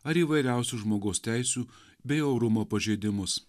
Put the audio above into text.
ar įvairiausius žmogaus teisių bei orumo pažeidimus